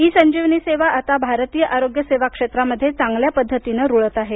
E Sanjeevani सेवा आता भारतीय आरोग्य सेवा क्षेत्रामध्ये चांगल्या पद्धतीने रूळत आहे